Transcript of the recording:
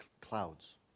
clouds